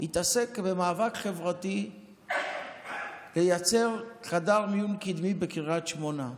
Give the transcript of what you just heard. התעסק במאבק חברתי לייצר חדר מיון קדמי בקריית שמונה.